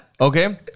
Okay